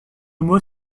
mot